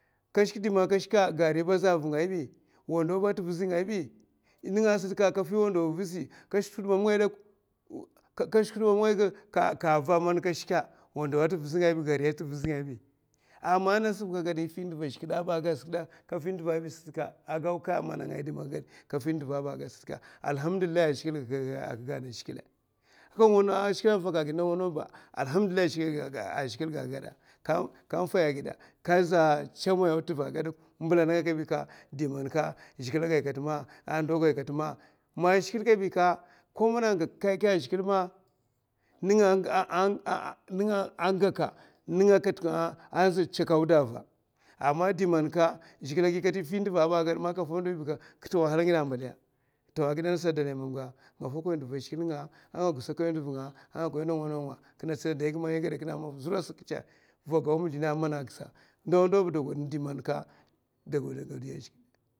Kashik di man kashikè gari ba aza avungay bi, wando ba aza tèvizi ngay bi, nèngasa kafi wando avizi kashikè tèhud mamngay dok. kava a shika gari tè vizi ngay bi wando a tè vizi ngay ba ka shika ama ngas ka. ama ngasa bèka yè fi nduva a zhigilè a ba akèka, yè fi nduva a zhigilè ba kakda sèka aka ngots nawa nawa bèka allahamdillahi aka gayna a zhigilè, yawa a zhiglè ga ka kafaya gid kaza chamaya a tèva aka kabi di ma ka zhigilè agay kata ma ndo gay kata ma, ma zhigilè kabi ka, ma zhigilè kabi ka gak kèkè a zhigilè bèka nènga a gaka nènga a za chèka auda dava, ama di man zhigilè a gay kata ma yè fi nduva ba aka, ka tè wahala ngidè aka, a gidè ngasa a dalay mamga nga fokon ndav nga a nga ndzokon nga kinè tsina day ga sa man yè gada kinè a dayi maffa zura sè kadè, vagau mizlinè a mana gagsa ndawa ndawa bèka dogodo god